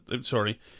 Sorry